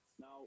Now